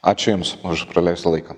ačiū jums už praleistą laiką